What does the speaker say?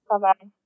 Bye-bye